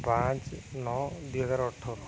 ପାଞ୍ଚ ନଅ ଦୁଇ ହଜାର ଅଠର